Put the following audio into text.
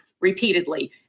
repeatedly